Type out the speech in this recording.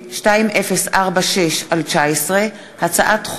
פ/2046/19 וכלה בהצעה פ/2070/19,